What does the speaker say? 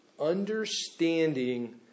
Understanding